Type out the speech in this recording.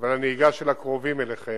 ולנהיגה של הקרובים אליכם.